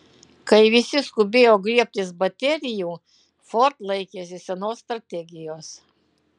kai visi skubėjo griebtis baterijų ford laikėsi senos strategijos